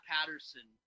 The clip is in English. Patterson